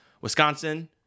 Wisconsin